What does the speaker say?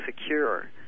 secure